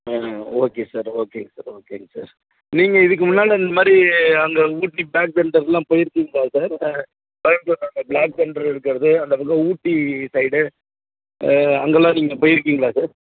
ம் okay sir ஓகேங்க sir ஓகேங்க சார் நீங்கள் இதுக்கு முன்னால் இந்த மாதிரி அங்கே ஊட்டி ப்ளாக் தண்டர்லாம் போயிருக்கீங்களா சார் கோயமுத்தூரில் அந்த ப்ளாக் தண்டர் இருக்கிறது அந்த பக்கம் ஊட்டி சைடு அங்கெல்லாம் நீங்கள் போயிருக்கீங்களா